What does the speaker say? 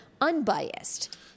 unbiased